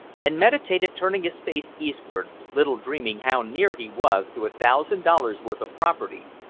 and meditated turning his face eastward, little dreaming how near he was to a thousand dollars' worth of property,